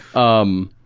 um,